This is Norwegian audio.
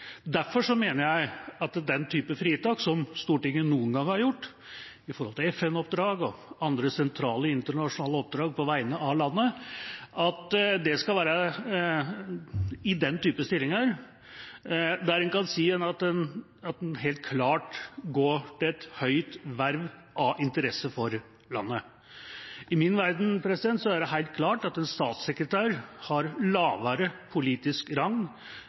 Derfor mener jeg at fritak, som Stortinget noen gang har gjort, og som gjelder FN-oppdrag og andre sentrale internasjonale oppdrag på vegne av landet, skal være for en type stillinger der en kan si at en helt klart går til et høyt verv av interesse for landet. I min verden er det helt klart at en statssekretær har lavere politisk rang